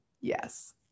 Yes